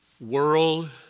world